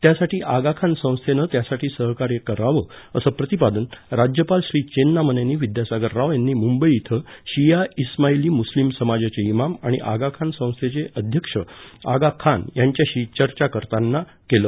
त्यासाठी आगाखान संस्थेनं त्यासाठी सहकार्य करावं असं प्रतिपादन राज्यपाल श्री चेन्नामनेनी विद्यासागर राव यांनी मुंबई इथं शिया इस्माईली मुस्लीम समाजाचे इमाम आणि आगा खान संस्थेचे अध्यक्ष आगा खान यांच्याशी चर्चा करताना केलं